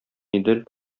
идел